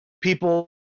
people